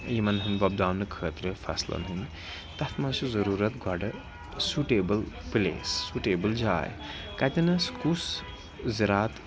یِمَن ہٕنٛدۍ وۄبداونہٕ خٲطرٕ فَصلَن ہٕنٛدۍ تَتھ منٛز چھِ ضٔروٗرت گۄڈٕ سُٹیبٕل پٕلیس سُٹیبٕل جاے کَتٮ۪نَس کُس زِرات